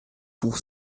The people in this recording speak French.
pour